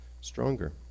stronger